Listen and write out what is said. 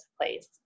place